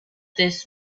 this